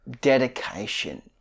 dedication